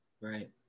Right